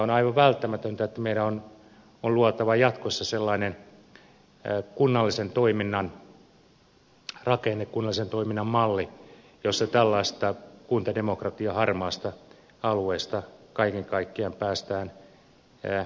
on aivan välttämätöntä että luodaan jatkossa sellainen kunnallisen toiminnan rakenne kunnallisen toiminnan malli jossa tällaisesta kuntademokratian harmaasta alueesta kaiken kaikkiaan päästään eroon